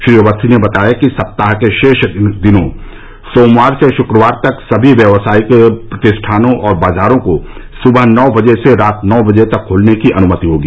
श्री अवस्थी ने बताया कि सप्ताह के शेष दिनों सोमवार से शुक्रवार तक सभी व्यावसायिक प्रतिष्ठानों और बाजारों को सुबह नौ बजे से रात नौ बजे तक खोलने की अनुमति होगी